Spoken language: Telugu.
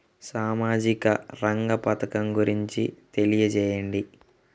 సామాజిక రంగ పథకం గురించి తెలియచేయండి?